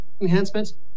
enhancements